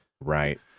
Right